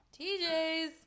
TJs